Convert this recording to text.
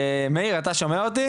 מאיר ברדוגו,